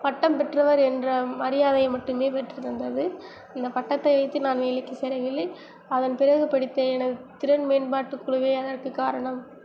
பட்டம் பெற்றவர் என்ற மரியாதை மட்டுமே பெற்றுத் தந்தது அந்த பட்டத்தை வைத்து நான் வேலைக்கு சேரவில்லை அதன் பிறகு படித்த எனது திறன் மேம்பாட்டுக் குழுவே அதற்கு காரணம்